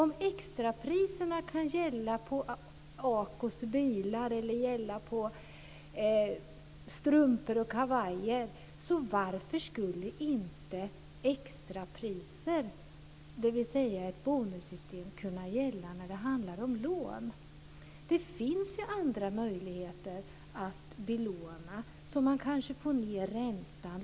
Om extrapriserna kan gälla på Ahlgrens bilar eller strumpor och kavajer, varför skulle då inte extrapriser, dvs. ett bonussystem, kunna gälla när det handlar om lån? Det finns ju andra möjligheter att belåna för att få ned räntan.